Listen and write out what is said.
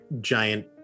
giant